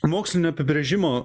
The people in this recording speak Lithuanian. mokslinio apibrėžimo